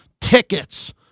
tickets